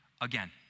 again